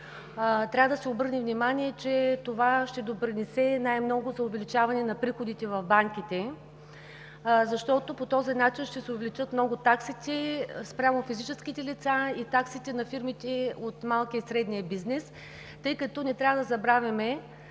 трябва да се обърне внимание, че това ще допринесе най-много за увеличаване на приходите в банките, защото по този начин ще се увеличат много таксите спрямо физическите лица и таксите на фирмите от малкия и средния бизнес, тъй като не трябва да забравяме,